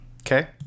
Okay